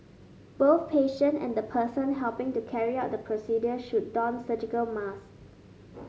both patient and the person helping to carry out the procedure should don surgical masks